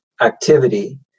activity